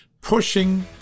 pushing